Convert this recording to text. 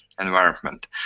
Environment